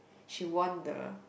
she won the